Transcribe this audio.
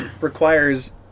requires